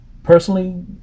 Personally